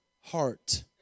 heart